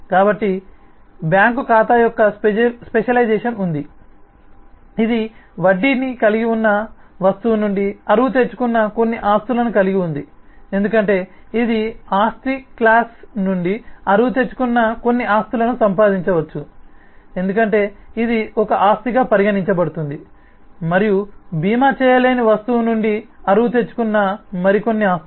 కాబట్టి బ్యాంక్ ఖాతా యొక్క స్పెషలైజేషన్ ఉంది ఇది వడ్డీని కలిగి ఉన్న వస్తువు నుండి అరువు తెచ్చుకున్న కొన్ని ఆస్తులను కలిగి ఉంది ఎందుకంటే ఇది ఆస్తిక్లాస్ నుండి అరువు తెచ్చుకున్న కొన్ని ఆస్తులను సంపాదించవచ్చు ఎందుకంటే ఇది ఒక ఆస్తిగా పరిగణించబడుతుంది మరియు భీమా చేయలేని వస్తువు నుండి అరువు తెచ్చుకున్న మరికొన్ని ఆస్తులు